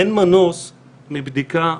אין מנוס מבדיקה משמעותית,